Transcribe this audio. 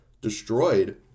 destroyed